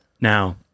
now